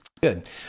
good